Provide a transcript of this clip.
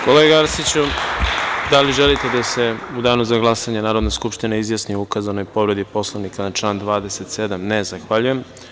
Kolega Arsiću, da li želite da se u danu za glasanje Narodna skupština izjasni o ukazanoj povredi Poslovnika na član 27? (Ne.) Zahvaljujem.